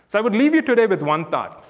i would leave you today with one thought.